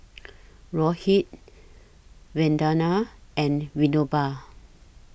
Rohit Vandana and Vinoba